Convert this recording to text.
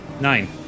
nine